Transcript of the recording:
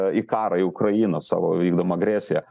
į karą į ukrainą savo vykdomą agresiją